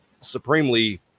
supremely